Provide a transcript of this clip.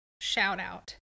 shout-out